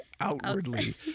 outwardly